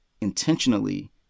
intentionally